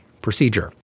procedure